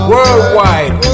Worldwide